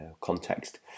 context